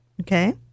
Okay